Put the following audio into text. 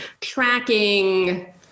tracking